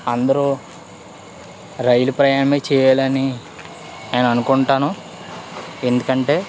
అందరు రైలు ప్రయాణం చేయాలని నేను అనుకుంటాను ఎందుకంటే